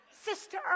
sister